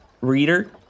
Reader